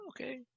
Okay